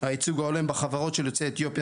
הייצוג ההולם בחברות של יוצאי אתיופיה